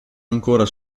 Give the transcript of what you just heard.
ancora